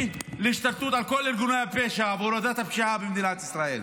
להשתלטות על כל ארגוני הפשע ולהורדת הפשיעה במדינת ישראל.